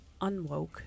unwoke